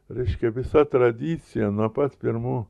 reiškia visa tradicija nuo pat pirmų